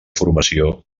formació